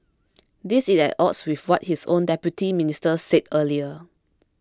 this is at odds with what his own Deputy Minister said earlier